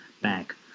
back